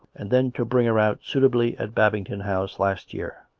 and then to bring her out suitably at babington house last year.